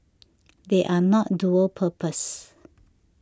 they are not dual purpose